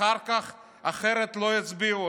אחרת אחר כך לא יצביעו,